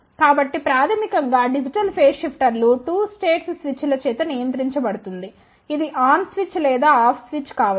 కాబట్టి ప్రాథమికం గా డిజిటల్ ఫేస్ షిఫ్టర్లు 2 స్టేట్స్ స్విచ్లచే నియంత్రించబడుతుంది ఇది ఆన్ స్విచ్ లేదా ఆఫ్ స్విచ్ కావచ్చు